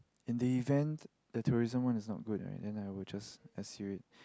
in the event the tourism one is not good right then I will just S_U it